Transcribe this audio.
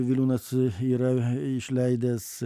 viliūnas yra išleidęs